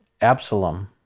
Absalom